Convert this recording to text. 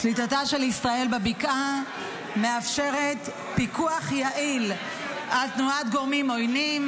שליטתה של ישראל בבקעה מאפשרת פיקוח יעיל על תנועת גורמים עוינים,